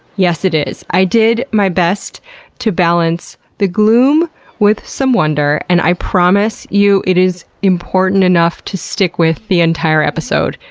yes it is. i did my best to balance the gloom with some wonder, and i promise you it is important enough to stick with the entire episode.